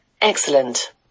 Excellent